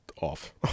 off